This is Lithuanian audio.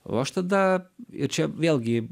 o aš tada ir čia vėlgi